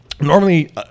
Normally